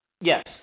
Yes